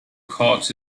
courts